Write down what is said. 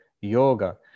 Yoga